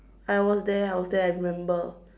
I was there I was there I remember